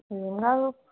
ఏం కాదు